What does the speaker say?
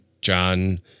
John